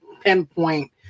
pinpoint